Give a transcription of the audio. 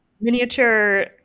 miniature